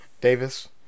Davis